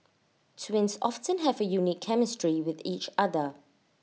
twins often have A unique chemistry with each other